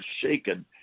shaken